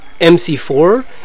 MC4